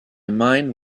mind